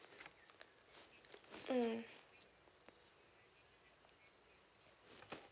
mm